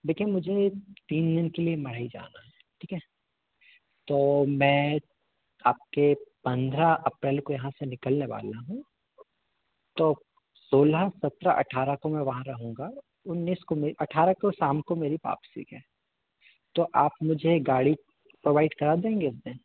देखिए मुझे तीन दिन के लिए मढ़ई जाना है ठीक है तो मैं आपके पंद्रह अप्रैल को यहाँ से निकलने वाला हूँ तो सोलह सत्रह अठारह को मैं वहाँ रहूँगा उन्नीस को अठारह को शाम को मेरी वापसी है तो आप मुझे गाड़ी प्रोवाइड करा देंगे उस दिन